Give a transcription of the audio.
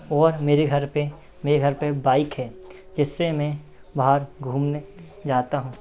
और मेरे घर पे मेरे घर पे बाइक है जिससे मैं बाहर घूमने जाता हूँ